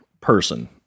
person